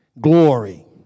glory